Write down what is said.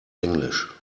englisch